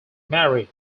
married